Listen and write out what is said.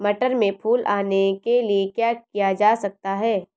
मटर में फूल आने के लिए क्या किया जा सकता है?